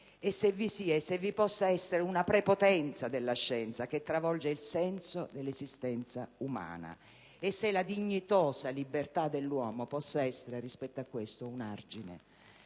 scienza, se vi possa essere una prepotenza della scienza che travolge il senso dell'esistenza umana e se la dignitosa libertà dell'uomo possa essere, rispetto a questo, un argine.